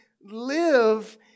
live